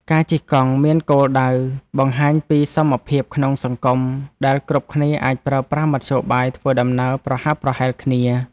ការជិះកង់មានគោលដៅបង្ហាញពីសមភាពក្នុងសង្គម ដែលគ្រប់គ្នាអាចប្រើប្រាស់មធ្យោបាយធ្វើដំណើរប្រហាក់ប្រហែលគ្នា។